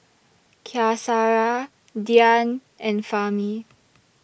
Qaisara Dian and Fahmi